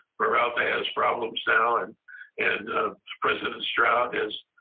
peralta has problems now, and and president strout is,